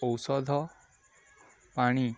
ଔଷଧ ପାଣି